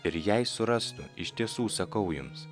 ir jei surastų iš tiesų sakau jums